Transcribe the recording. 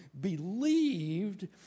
believed